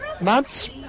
months